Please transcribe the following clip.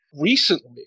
recently